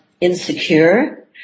Insecure